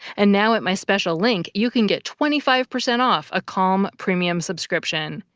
and now at my special link, you can get twenty five percent off a calm premium subscription.